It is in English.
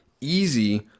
easy